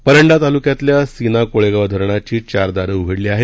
परंडा तालुक्यातल्या सीना कोळेगाव धरणाची चार दारं उघडली आहेत